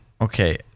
okay